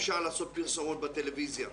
אפשר לעשות פרסומות בטלוויזיה.